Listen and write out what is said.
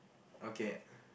okay